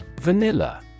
Vanilla